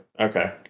Okay